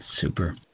Super